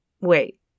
Wait